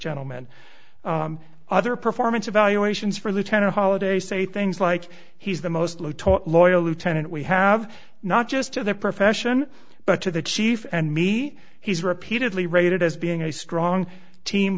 gentleman other performance evaluations for lieutenant holliday say things like he's the most loyal lieutenant we have not just to the profession but to the chief and me he's repeatedly rated as being a strong team